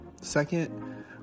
Second